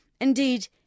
Indeed